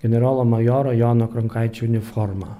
generolo majoro jono kronkaičio uniforma